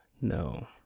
No